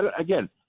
again